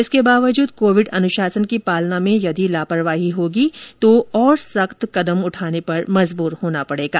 इसके बावजूद कोविड अनुशासन की पालना में यदि लापरवाही होगी तो और भी सख्त कदम उठाने को मजबूर होना पड़ेगा